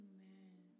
Amen